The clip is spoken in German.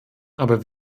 aber